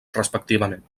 respectivament